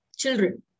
children